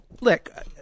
Look